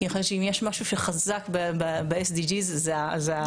כיוון שאם יש משהו שחזק ב-SDG זה הגרפיקה.